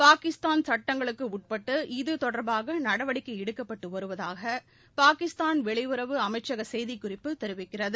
பாகிஸ்தான் சட்டங்களுக்குஉட்பட்டு இதுதொடர்பாகநடவடிக்கைஎடுக்கப்பட்டுவருவதாகபாகிஸ்தான் வெளியுறவு அமைச்சகசெய்திக்குறிப்பு தெரிவிக்கிறது